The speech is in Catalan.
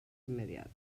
immediat